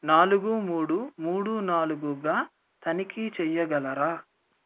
నాలుగు మూడు మూడు నాలుగుగా తనిఖీ చేయగలరా